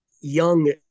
Young